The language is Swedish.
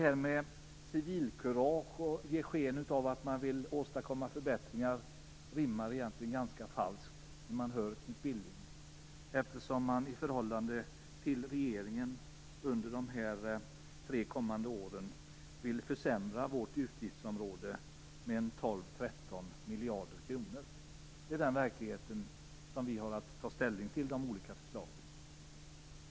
Talet om civilkurage och försöken att ge sken av att man vill åstadkomma förbättringar klingar egentligen ganska falskt när man hör Knut Billing. I förhållande till regeringen vill man under de tre kommande åren försämra vårt utgiftsområde med 12-13 miljarder kronor. Det är den verklighet som vi har att ta ställning till i de olika förslagen.